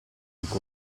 tutti